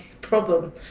problem